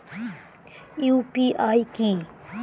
UPI কি?